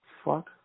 fuck